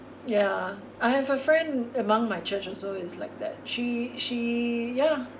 yeah I have a friend among my church also is like that she she yeah